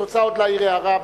את רוצה להעיר עוד הערה?